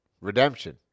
redemption